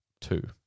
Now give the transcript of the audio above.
two